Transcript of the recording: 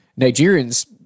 nigerians